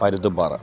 Parunthumpara